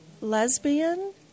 lesbian